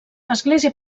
església